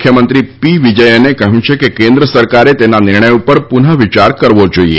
મુખ્યમંત્રી પિનરાય વિજયને કહ્યું કે કેન્દ્ર સરકારે તેના નિર્ણય પર પુનર્વિયાર કરવો જોઇએ